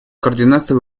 координацию